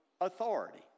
authority